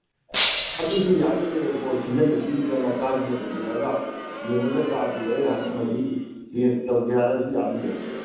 ꯑꯗꯨꯁꯨ ꯌꯥꯅꯤ ꯁꯤꯖꯤꯟꯅꯕꯤꯔꯨꯗꯅ ꯀꯥꯏꯗꯅ ꯄꯨꯕꯤꯔꯛꯑꯒ ꯌꯦꯡꯉꯒ ꯆꯥꯗꯦ ꯑꯦ ꯃꯁꯤ ꯆꯦꯟꯖ ꯇꯧꯒꯦ ꯍꯥꯏꯔꯁꯨ ꯌꯥꯅꯤꯌꯦ